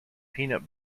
peanut